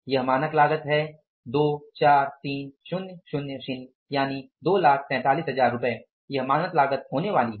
यह मानक लागत है 243000 मानक लागत होने वाली है